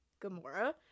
Gamora